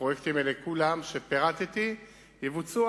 הפרויקטים האלה שפירטתי, כולם יבוצעו.